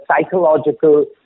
psychological